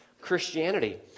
Christianity